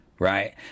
right